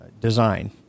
design